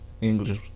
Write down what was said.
English